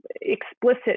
explicit